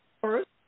first